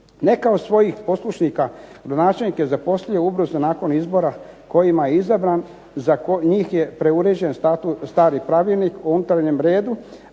Neke od svojih poslušnika gradonačelnik je zaposlio ubrzo nakon izbora kojima je izabran, njih je preuređen stari pravilnik o unutarnjem redu,